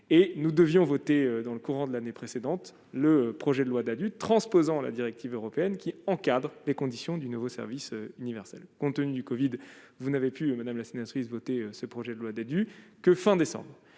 nous devions voter dans le courant de l'année précédente, le projet de loi d'adultes transposant la directive européenne qui encadre les conditions du nouveau service universel, compte tenu du Covid vous n'avez plus madame la sénatrice voter ce projet de loi des du que fin décembre